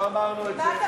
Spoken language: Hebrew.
לא אמרנו את זה.